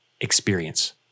experience